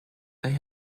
they